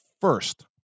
first